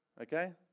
Okay